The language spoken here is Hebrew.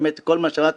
באמת כל מה שאמרת,